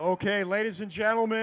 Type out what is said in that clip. ok ladies and gentlemen